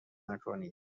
نکنید